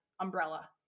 umbrella